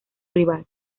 rival